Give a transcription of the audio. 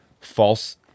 false